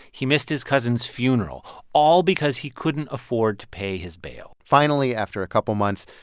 he missed his cousin's funeral all because he couldn't afford to pay his bail finally, after a couple months,